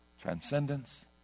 Transcendence